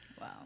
Wow